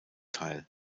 teil